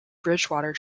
bridgewater